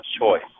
choice